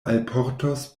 alportos